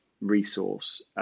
resource